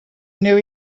knew